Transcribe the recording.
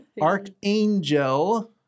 Archangel